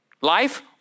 Life